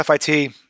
FIT